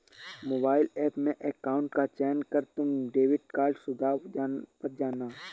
mobile app में account का चयन कर तुम डेबिट कार्ड सुझाव पर जाना